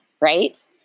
right